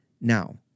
Now